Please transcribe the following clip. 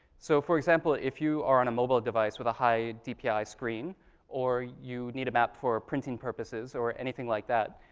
so for example, if you are on a mobile device with a high dpi screen or you need a map for printing purposes or anything like that,